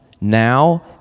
now